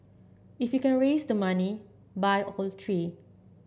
if you can raise the money buy all three